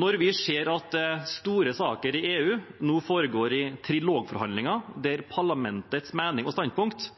når vi ser at store saker i EU nå foregår i trilogforhandlinger, der parlamentets mening og